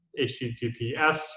HTTPS